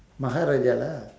மகாராஜா:maharaja lah